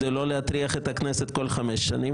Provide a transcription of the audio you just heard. כדי לא להטריח את הכנסת כל חמש שנים,